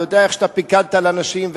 אני יודע איך פיקדת על אנשים,